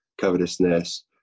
covetousness